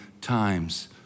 times